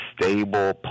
stable